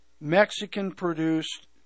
Mexican-produced